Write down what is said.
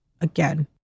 again